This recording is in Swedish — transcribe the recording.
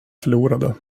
förlorade